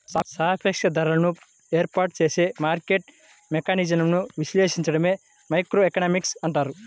సాపేక్ష ధరలను ఏర్పాటు చేసే మార్కెట్ మెకానిజమ్లను విశ్లేషించడమే మైక్రోఎకనామిక్స్ లక్ష్యం